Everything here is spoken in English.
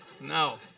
no